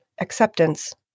acceptance